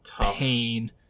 pain